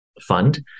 Fund